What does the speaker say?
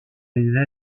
les